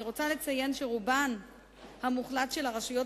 אני רוצה לציין שרובן המוחלט של הרשויות